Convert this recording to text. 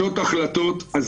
החלטות.